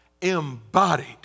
embodied